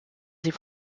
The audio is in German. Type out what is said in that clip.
sie